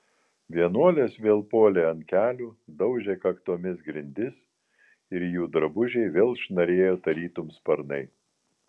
vienuolės vėl puolė ant kelių daužė kaktomis grindis ir jų drabužiai vėl šnarėjo tarytum sparnai